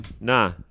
Nah